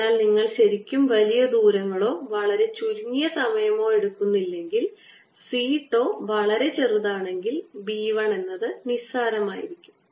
അതിനാൽ നിങ്ങൾ ശരിക്കും വലിയ ദൂരങ്ങളോ വളരെ ചുരുങ്ങിയ സമയമോ എടുക്കുന്നില്ലെങ്കിൽ C τ വളരെ ചെറുതാണെങ്കിൽ B 1 എന്നത് നിസ്സാരമായിരിക്കും